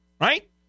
right